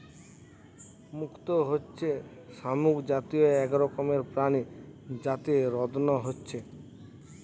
মুক্ত হচ্ছে শামুক জাতীয় এক রকমের প্রাণী যাতে রত্ন হচ্ছে